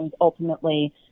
ultimately